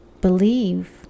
believe